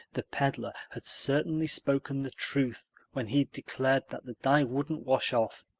the peddler had certainly spoken the truth when he declared that the dye wouldn't wash off,